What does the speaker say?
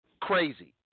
Crazy